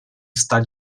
está